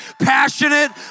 passionate